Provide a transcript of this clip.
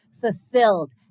fulfilled